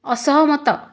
ଅସହମତ